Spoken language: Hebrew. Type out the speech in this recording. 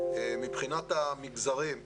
מבחינת המגזרים.